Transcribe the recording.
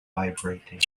vibrating